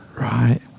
Right